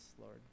Lord